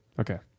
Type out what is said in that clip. Okay